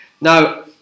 Now